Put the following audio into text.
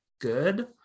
good